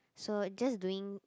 so it just doing